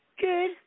good